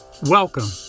Welcome